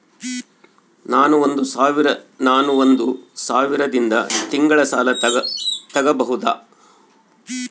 ನಾನು ಒಂದು ಸಾವಿರದಿಂದ ತಿಂಗಳ ಸಾಲ ತಗಬಹುದಾ?